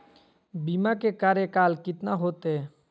बीमा के कार्यकाल कितना होते?